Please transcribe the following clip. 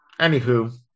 anywho